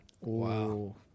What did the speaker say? Wow